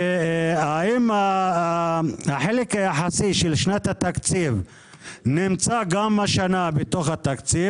האם החלק היחסי של שנת התקציב נמצא גם השנה בתוך התקציב?